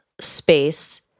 space